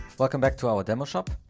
welcome back to our demo shop.